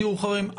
חברים,